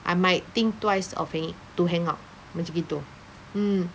I might think twice of hanging to hang out macam gitu mm